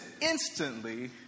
instantly